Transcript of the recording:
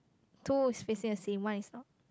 two is facing the same one is not